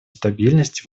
стабильности